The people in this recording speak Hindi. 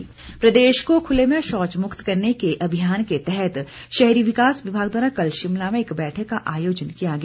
स्वच्छता प्रदेश को खुले में शौच मुक्त करने के अभियान के तहत शहरी विकास विभाग द्वारा कल शिमला में एक बैठक का आयोजन किया गया